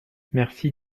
merci